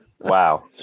Wow